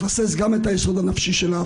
על איזו קבוצה הוא היטיב,